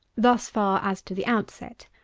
thus far as to the outset.